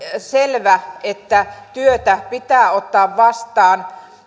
selvä että työtä pitää ottaa vastaan